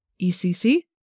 ECC